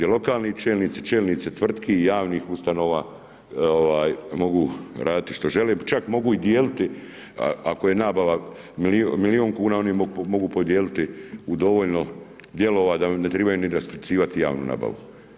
I lokalni čelnici i čelnici tvrtki i javnih ustanova, mogu raditi što žele, čak mogu i dijeliti ako je nabava milijun kuna, oni podijeliti u dovoljno dijelova da ne trebaju ni raspisivati javnu nabavu.